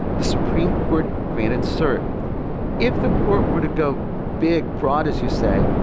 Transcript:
the supreme court granted cert if the court were to go big broad as you say.